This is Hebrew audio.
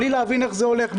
בלי להבין איך זה הולך,